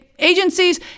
agencies